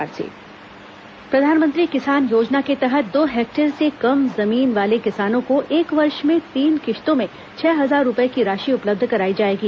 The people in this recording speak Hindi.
प्रधानमंत्री किसान योजना प्रधानमंत्री किसान योजना के तहत दो हेक्टेयर से कम जमीन वाले किसानों को एक वर्ष में तीन किश्तों में छह हजार रूपये की राशि उपलब्ध कराई जाएगी